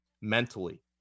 mentally